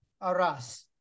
Aras